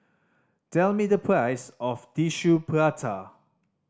tell me the price of Tissue Prata